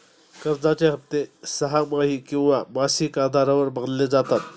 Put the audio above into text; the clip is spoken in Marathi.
कर्जाचे हप्ते सहामाही किंवा मासिक आधारावर बांधले जातात